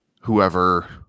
whoever